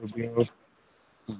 बेयाव